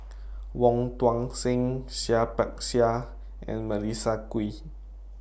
Wong Tuang Seng Seah Peck Seah and Melissa Kwee